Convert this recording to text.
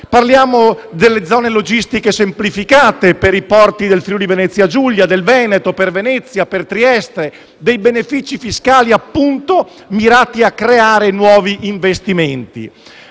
parlano delle zone logistiche semplificate per i porti del Friuli-Venezia Giulia e del Veneto, per Venezia e per Trieste; benefici fiscali, appunto, mirati a creare nuovi investimenti.